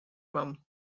mom